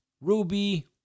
Ruby